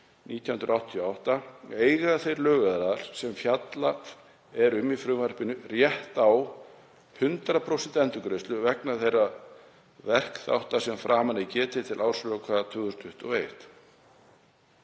50/1988, eiga þeir lögaðilar sem fjallað er um í frumvarpinu rétt á 100% endurgreiðslu vegna þeirra verkþátta sem að framan er getið til ársloka 2021.